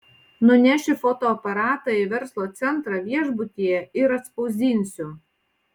nunešiu fotoaparatą į verslo centrą viešbutyje ir atspausdinsiu